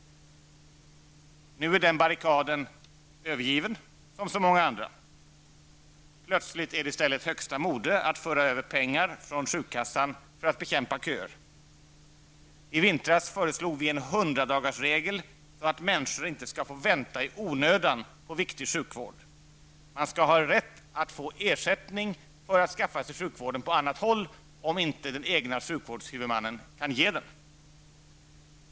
Nu är den barrikaden övergiven, som så många andra. Plötsligt är det i stället högsta mode att föra över pengar från sjukkassan för att bekämpa köer. I våras föreslog vi en hundradagarsregel, så att människor inte skall få vänta i onödan på viktig sjukvård. Man skall ha rätt att få ersättning, för att skaffa sig sjukvården på annat håll, om inte den egna sjukvårdshuvudmannen kan ge den.